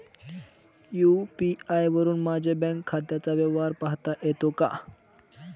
UPI वरुन माझ्या bank खात्याचा व्यवहार पाहता येतो का?